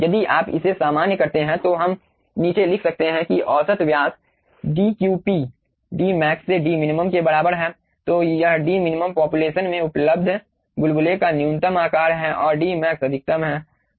यदि आप इसे सामान्य करते हैं तो हम नीचे लिख सकते हैं कि औसत व्यास dqp dmax से dmin के बराबर है तो यह dmin पापुलेशन में उपलब्ध बुलबुले का न्यूनतम आकार है और dmax अधिकतम है